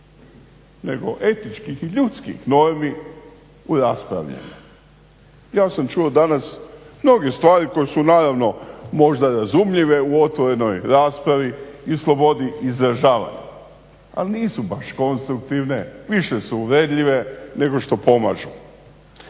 nego etičkih i ljudskih normi u raspravljanju. Ja sam čuo danas mnoge stvari koje su naravno možda razumljive u otvorenoj raspravi i slobodi izražavanja, ali nisu baš konstruktivne, više su uvredljive nego što pomažu.